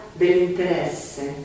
dell'interesse